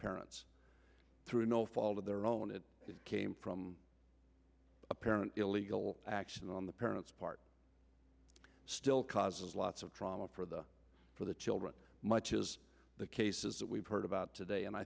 parents through no fault of their own it came from a parent illegal action on the parent's part still causes lots of trauma for the for the children much is the cases that we've heard about today and i